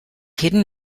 hidden